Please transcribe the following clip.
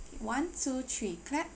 one two three clap